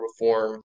reform